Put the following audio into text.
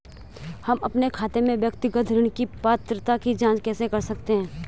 हम अपने खाते में व्यक्तिगत ऋण की पात्रता की जांच कैसे कर सकते हैं?